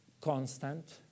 constant